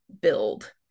build